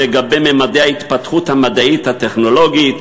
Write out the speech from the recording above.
על ממדי ההתפתחות המדעית הטכנולוגית,